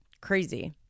Crazy